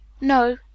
No